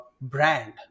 brand